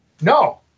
no